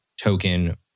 token